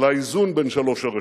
על האיזון בין שלוש הרשויות,